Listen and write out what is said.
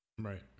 right